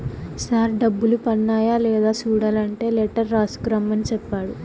sir డబ్బులు పన్నాయ లేదా సూడలంటే లెటర్ రాసుకు రమ్మని సెప్పాడు